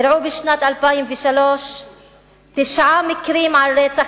אירעו בשנת 2003 תשעה מקרים של רצח,